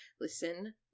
listen